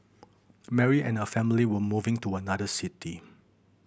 Mary and her family were moving to another city